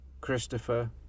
Christopher